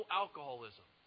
alcoholism